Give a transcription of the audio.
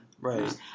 right